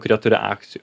kurie turi akcijų